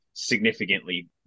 Significantly